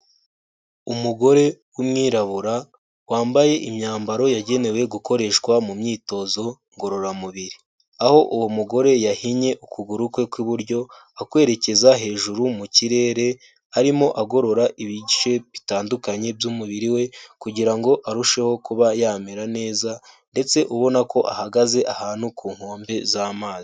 Umugore w'umwirabura wambaye imyambaro yagenewe gukoreshwa mu myitozo ngororamubiri, aho uwo mugore yahinnye ukuguru kwe kw'iburyo akwerekeza hejuru mu kirere, arimo agorora ibice bitandukanye by'umubiri we kugira ngo arusheho kuba yamera neza ndetse ubona ko ahagaze ahantu ku nkombe z'amazi.